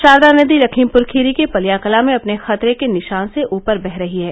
शारदा नदी लखीमपुर खीरी के पलियाकलां में अपने खतरे के निशान से ऊपर बह रही है